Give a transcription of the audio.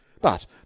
But